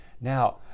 Now